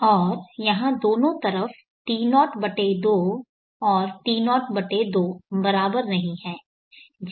और यह दोनों तरफ T02 और T02 बराबर नहीं है